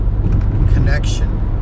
connection